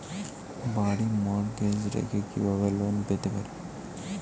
বাড়ি মর্টগেজ রেখে কিভাবে লোন পেতে পারি?